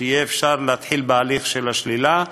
שיהיה אפשר להתחיל בהליך השלילה,